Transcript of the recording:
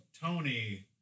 tony